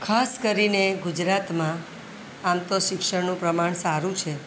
ખાસ કરીને ગુજરાતમાં આમ તો શિક્ષણનું પ્રમાણ સારું છે